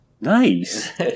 nice